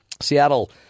Seattle